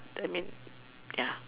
I mean ya